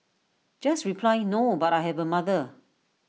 just reply no but I have A mother